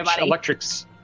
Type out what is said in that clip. electrics